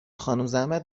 خانومزحمت